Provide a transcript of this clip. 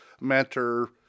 mentor